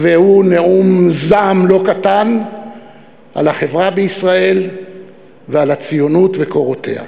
והוא נאום זעם לא קטן על החברה בישראל ועל הציונות וקורותיה.